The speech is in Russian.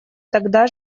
тогда